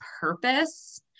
purpose